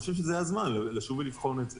אני חושב שזה הזמן לשוב ולבחון את זה.